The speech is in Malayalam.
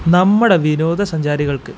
നമ്മുടെ വിനോദസഞ്ചാരികൾക്ക്